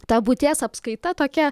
ta būties apskaita tokia